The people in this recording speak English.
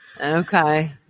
Okay